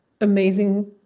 amazing